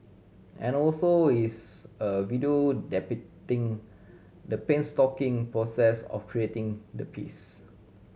and also is a video depicting the painstaking process of creating the piece